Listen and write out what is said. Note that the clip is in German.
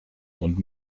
und